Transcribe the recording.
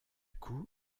coup